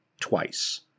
twice